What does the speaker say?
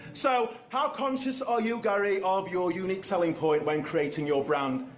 so how conscious are you, gary, of your unique selling point when creating your brand?